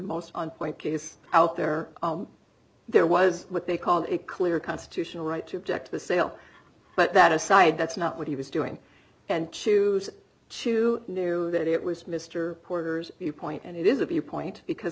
most on point out there there was what they call it clear constitutional right to object to the sale but that aside that's not what he was doing and choose to do that it was mr porter's viewpoint and it is a view point because